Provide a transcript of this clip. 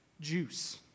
juice